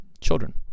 children